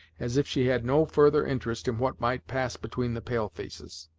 as if she had no further interest in what might pass between the pale-faces.